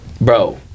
Bro